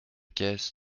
caisse